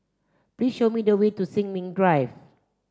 please show me the way to Sin Ming Drive